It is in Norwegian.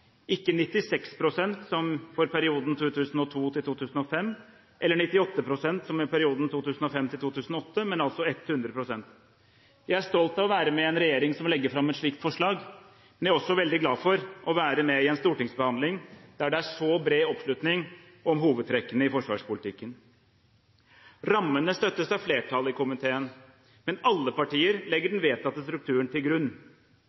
ikke 96 pst., som i perioden 2002–2004, eller 98 pst., som i perioden 2005–2008, men altså 100 pst. Jeg er stolt av å være med i en regjering som legger fram et slikt forslag, men jeg er også veldig glad for å være med i en stortingsbehandling der det er så bred oppslutning om hovedtrekkene i forsvarspolitikken. Rammene støttes av flertallet i komiteen, men alle partier legger den vedtatte strukturen til grunn.